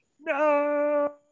No